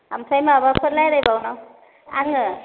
ओमफ्राय माबाफोर रायज्लायबावनांगौ आङो